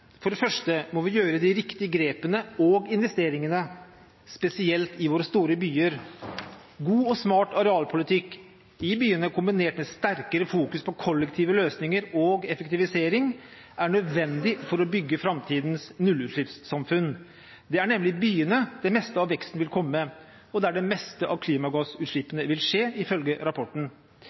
For det første må vi gjøre de riktige grepene og investeringene, spesielt i våre store byer. God og smart arealpolitikk i byene kombinert med sterkere fokus på kollektive løsninger og effektivisering er nødvendig for å bygge framtidens nullutslippssamfunn. Det er nemlig i byene det meste av veksten vil komme, og der det meste av klimagassutslippene vil skje, ifølge rapporten.